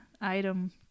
item